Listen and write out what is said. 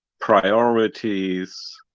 priorities